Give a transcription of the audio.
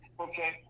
okay